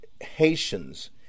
Haitians